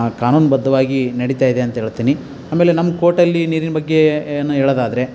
ಕಾನೂನು ಬದ್ಧವಾಗಿ ನಡಿತಾಯಿದೆ ಅಂತ ಹೇಳ್ತೀನಿ ಆಮೇಲೆ ನಮ್ಮ ಕೋರ್ಟಲ್ಲಿ ನೀರಿನ ಬಗ್ಗೆ ಏನು ಹೋಳೋದಾದ್ರೆ